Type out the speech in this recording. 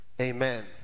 Amen